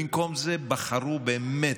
במקום זה בחרו באמת,